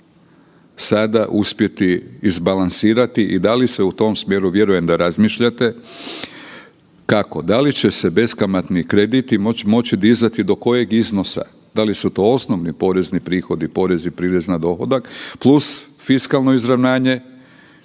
sada uspjeti izbalansirati i da li se u tom smjeru, vjerujem da razmišljate, kako će da li će se beskamatni krediti moći dizati do kojeg iznosa? Da li su to osnovni porezni prihodi porez i prirez na dohodak plus fiskalno izravnanje,